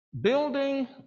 building